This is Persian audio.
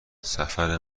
سفر